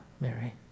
Mary